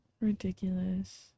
ridiculous